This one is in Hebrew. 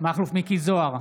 מכלוף מיקי זוהר,